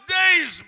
days